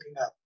up